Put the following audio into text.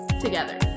together